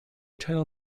title